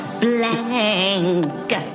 Blank